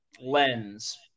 lens